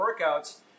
workouts